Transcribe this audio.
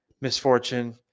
misfortune